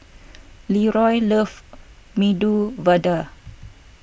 Leroy loves Medu Vada